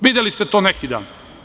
Videli ste to neki dan.